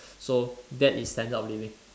so that is standard of living